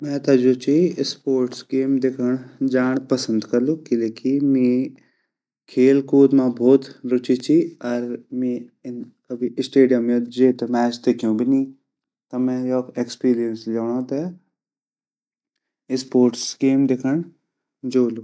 मैं ता जु ची स्पोर्ट्स गेम देखंड जांड पसंद करलु किलेकी मेरी खील कूद मा भोत रूचि ची अर मेरु कभी सस्टेडियम मा जेते मैच देख्यू भी नि ता मैं योक एक्सपेरिंस ल्योनडो ते स्पोर्ट्स गेम देखंड जोलू।